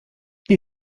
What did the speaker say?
nie